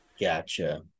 Gotcha